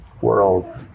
world